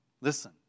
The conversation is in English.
listen